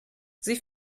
sie